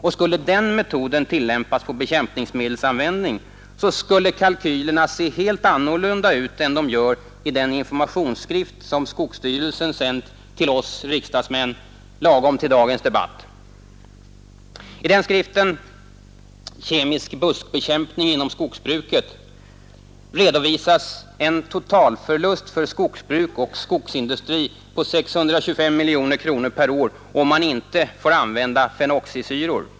Och skulle den metoden tillämpas på bekämpningsmedelsanvändning, så skulle kalkylerna se helt annorlunda ut än de gör i den informationsskrift som skogsstyrelsen sänt till oss riksdagsmän lagom till dagens debatt. I den skriften, Kemisk buskbekämpning inom skogsbruket, redovisas en totalförlust för skogsbruk och skogsindustri på 625 miljoner kronor per år om man inte får använda fenoxisyror.